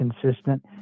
consistent